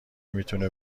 میتونه